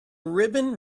ribbon